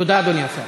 תודה, אדוני השר.